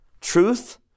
Truth